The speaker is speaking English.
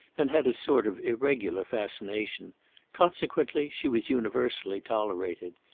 and had a sort of irregular fascination consequently she was universally tolerated.